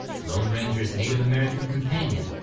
the lone ranger's native american companion,